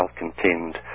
self-contained